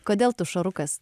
kodėl tu šarukas